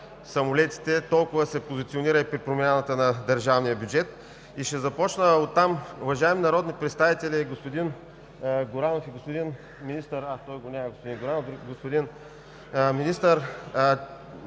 Това е много